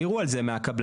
העירו על זה מהקבלנים.